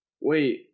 Wait